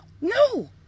no